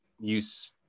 use